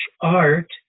art